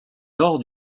lors